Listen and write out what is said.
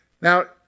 Now